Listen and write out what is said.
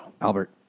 Albert